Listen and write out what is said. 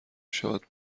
شاد